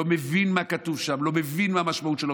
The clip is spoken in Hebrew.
לא מבין מה כתוב שם, לא מבין מה המשמעות שלו.